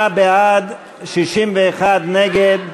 58 בעד, 61 נגד,